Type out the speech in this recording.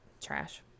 trash